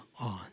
on